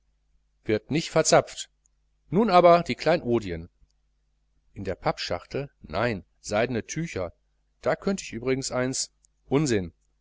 wird nich verzapft nun aber die kleinodien in der pappschachtel nein seidene tücher da könnt ich übrigens eins unsinn